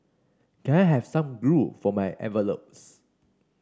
can I have some glue for my envelopes